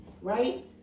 right